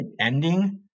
ending